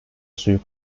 suyu